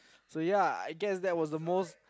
so ya I guess that was the most